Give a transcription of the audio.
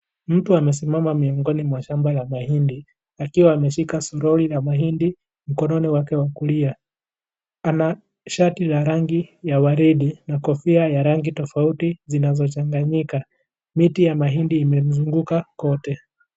Mtu amesimama miongoni mwa shamba la mahindi akiwa ameshika suroli na mahindi mkononi wake wa kulia ana shati la rangi ya waridi na kofia ya rangi tofauti zinazochanganyika miti ya mahindi imemzunguka kote.